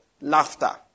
Laughter